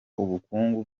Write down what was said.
ubukungu